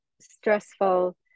stressful